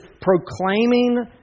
proclaiming